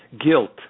guilt